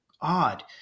odd